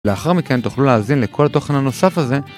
לאחר מכן תוכלו להאזין לכל התוכן הנוסף הזה